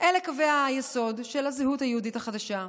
אלה קווי היסוד של הזהות היהודית החדשה.